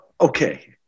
Okay